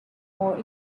more